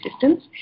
systems